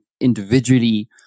individually